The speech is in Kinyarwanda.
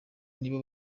nibo